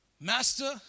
Master